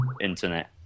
internet